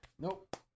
Nope